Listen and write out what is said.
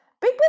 Big